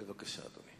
בבקשה, אדוני.